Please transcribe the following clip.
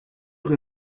rue